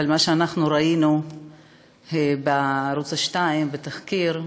אבל מה שראינו בערוץ 2, בתחקיר,